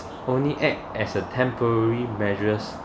only act as a temporary measures